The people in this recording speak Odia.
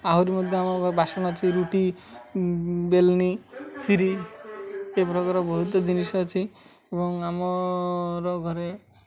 ଆହୁରି ମଧ୍ୟ ଆମ ବାସନ ଅଛି ରୁଟି ବେଲନି ଖିରି ଏ ପ୍ରକାର ବହୁତ ଜିନିଷ ଅଛି ଏବଂ ଆମର ଘରେ